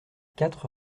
quatre